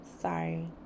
sorry